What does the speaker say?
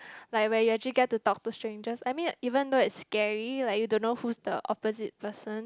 like where you actually get to talk to strangers I mean even though it's scary like you don't know who's the opposite person